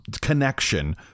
connection